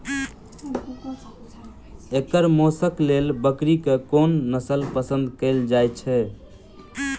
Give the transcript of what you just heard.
एकर मौशक लेल बकरीक कोन नसल पसंद कैल जाइ छै?